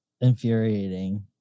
infuriating